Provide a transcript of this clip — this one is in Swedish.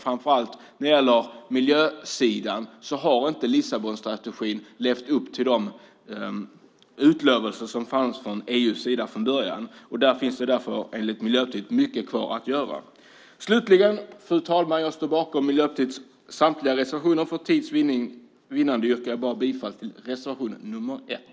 Framför allt när det gäller miljösidan har inte Lissabonstrategin levt upp till de utfästelser som fanns från EU:s sida från början. Därför finns det, enligt Miljöpartiet, mycket kvar att göra. Slutligen, fru talman, står jag bakom Miljöpartiets samtliga reservationer, men för tids vinnande yrkar jag bifall bara till reservation nr 1.